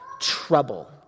trouble